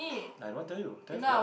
I don't want tell you tell you for what